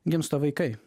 gimsta vaikai